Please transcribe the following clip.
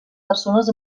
persones